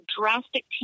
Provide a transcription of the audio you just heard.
drastic